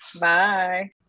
bye